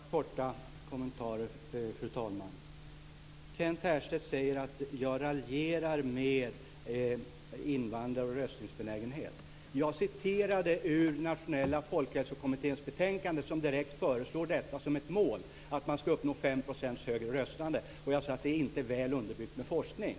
Fru talman! Jag har bara ett par korta kommentarer. Kent Härstedt säger att jag raljerar med invandrares benägenhet att rösta. Jag återgav bara det som står i Nationella folkhälsokommitténs betänkande, där man direkt föreslår som ett mål att man ska uppnå 5 % högre röstdeltagande. Jag sade att det inte var väl underbyggt med forskning.